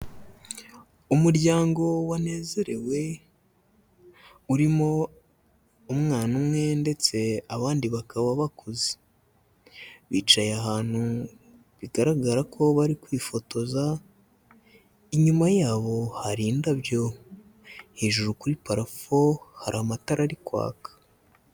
Umuryango wanezerewe urimo umwana umwe ndetse abandi bakaba bakuze, bicaye ahantu bigaragara ko bari kwifotoza, inyuma yabo hari indabyo, hejuru kuri parafo hari amatara ari kwaka.